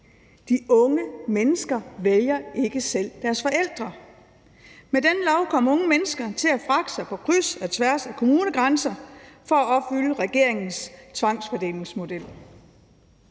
De unge mennesker vælger ikke selv deres forældre. Med denne lov kommer unge mennesker til at fragte sig selv på kryds og tværs af kommunegrænser for at opfylde regeringens tvangsfordelingsmodel.